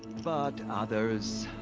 but. others.